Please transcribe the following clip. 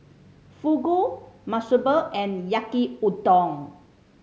Fugu Monsunabe and Yaki Udon